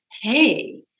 Hey